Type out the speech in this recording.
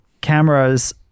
cameras